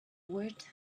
word